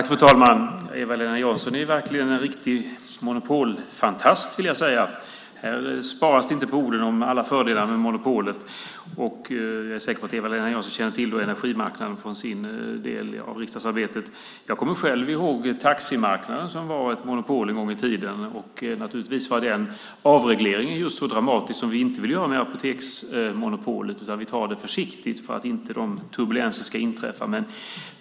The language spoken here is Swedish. Fru talman! Eva-Lena Jansson är verkligen en riktig monopolfantast. Här sparas det inte på orden om alla fördelar med monopolet. Jag är säker på att Eva-Lena Jansson känner till energimarknaden från sin del av riksdagsarbetet. Jag kommer själv ihåg taximarknaden, som var ett monopol en gång i tiden. Naturligtvis var den avregleringen just så dramatisk som vi inte vill att det ska bli med apoteksmonopolet, utan vi tar det försiktigt för att inte den turbulensen ska inträffa.